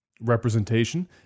representation